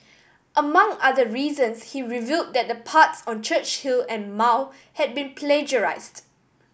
among other reasons he revealed that the parts on Churchill and Mao had been plagiarised